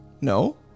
No